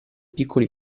piccoli